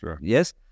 yes